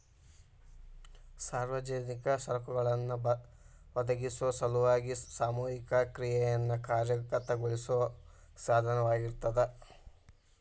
ಸಾರ್ವಜನಿಕ ಸರಕುಗಳನ್ನ ಒದಗಿಸೊ ಸಲುವಾಗಿ ಸಾಮೂಹಿಕ ಕ್ರಿಯೆಯನ್ನ ಕಾರ್ಯಗತಗೊಳಿಸೋ ಸಾಧನವಾಗಿರ್ತದ